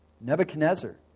Nebuchadnezzar